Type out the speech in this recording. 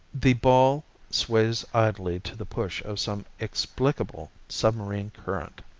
the ball sways idly to the push of some explicable submarine current.